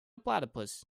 platypus